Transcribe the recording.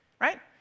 right